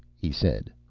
he said.